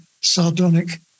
sardonic